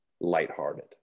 lighthearted